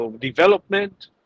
development